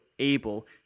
able